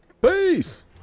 peace